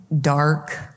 dark